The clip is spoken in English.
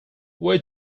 where